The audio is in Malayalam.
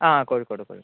ആ കോഴിക്കോട് കോഴിക്കോട്